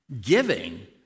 giving